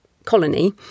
Colony